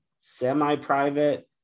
semi-private